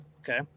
Okay